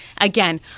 again